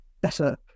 better